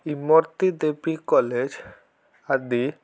Irmati Devi college ଆଦି